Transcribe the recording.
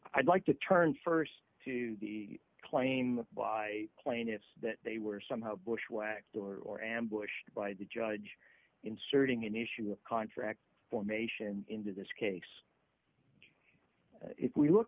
i'd like to turn st to the claim by plaintiffs that they were somehow bushwhacked or ambushed by the judge inserting an issue of contract formation into this case if we look